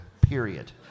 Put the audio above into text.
period